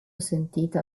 sentita